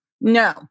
No